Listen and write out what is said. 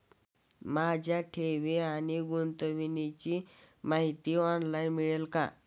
माझ्या ठेवी आणि गुंतवणुकीची माहिती ऑनलाइन मिळेल का?